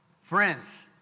Friends